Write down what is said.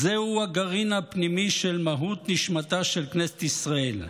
זהו הגרעין הפנימי של מהות נשמתה של כנסת ישראל,